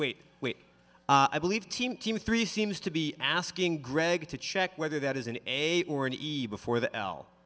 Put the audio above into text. wait wait wait i believe team team three seems to be asking greg to check whether that is an eight or an easy before the